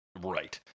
Right